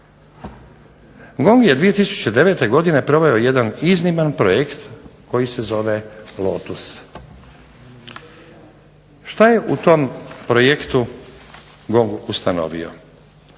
GONG je 2009. godine proveo jedan izniman projekt koji se zove Lotus. Što je u tom projektu GONG ustanovio.